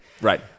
Right